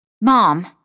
Mom